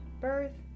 birth